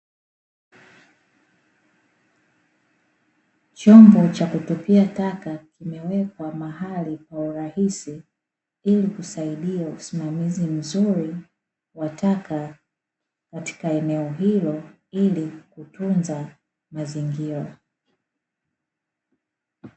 Chombo cha kutupia taka kimewekwa mahali kwa urahisi ili kusaidia usimamizi mzuri wa taka katika eneo hilo, ili kutunza mazingira.